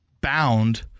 Bound